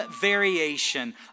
variation